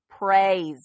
praise